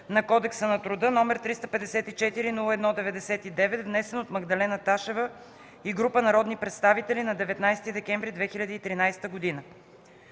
на Кодекса на труда, № 354-01-99, внесен от Магдалена Ташева и група народни представители на 19 декември 2013 г.